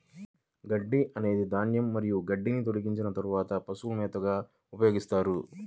గడ్డి అనేది ధాన్యం మరియు గడ్డిని తొలగించిన తర్వాత పశువుల మేతగా ఉపయోగిస్తారు